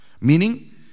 Meaning